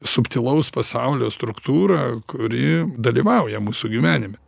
subtilaus pasaulio struktūra kuri dalyvauja mūsų gyvenime